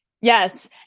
yes